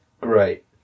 Great